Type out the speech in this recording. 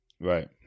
Right